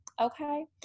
Okay